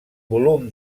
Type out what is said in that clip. volum